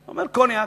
אומר: קוניאק.